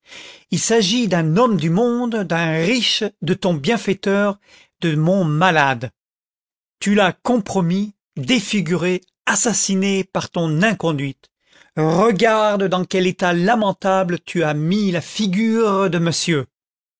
il s'agit d'un homme du monde d'un riche de ton bienfaiteur de mon malade tu l'as compromis défiguré assassiné par ton inconduite regarde dans quel état lamentable tu as rais la figure de monsieur